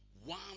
one